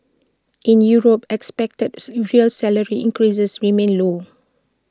in Europe expected real salary increases remain low